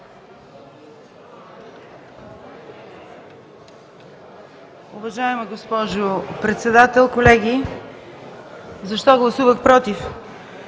Уважаема госпожо Председател, колеги! Защо гласувах „против“?